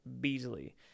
Beasley